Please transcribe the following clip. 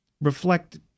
reflect